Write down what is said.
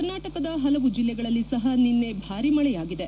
ಕರ್ನಾಟಕದ ಹಲವು ಜಿಲ್ಲೆಗಳಲ್ಲಿ ಸಹ ನಿನ್ನೆ ಭಾರಿ ಮಳೆಯಾಗಿದೆ